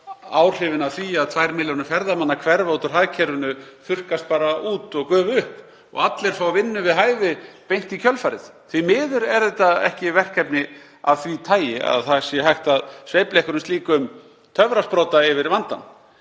áhrifin af því að 2 milljónir ferðamanna hverfa út úr hagkerfinu þurrkast bara út og gufa upp og allir fái vinnu við hæfi beint í kjölfarið. Því miður er þetta ekki verkefni af því tagi að hægt sé að sveifla einhverjum slíkum töfrasprota yfir vandann.